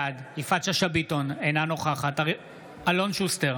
בעד יפעת שאשא ביטון, אינה נוכחת אלון שוסטר,